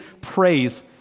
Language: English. praise